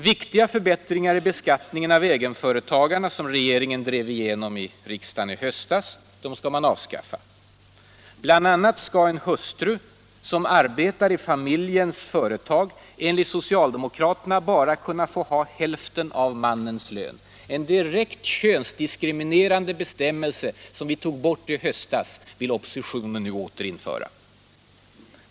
Viktiga förbättringar i beskattningen av egenföretagarna, som regeringen drev igenom i riksdagen i höstas, vill man avskaffa. BI. a. skall en hustru som arbetar i familjens företag enligt socialdemokraterna bara kunna få hälften av mannens lön. En direkt könsdiskriminerande bestämmelse, som vi tog bort i höstas, vill oppositionen nu åter införa!